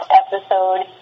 episode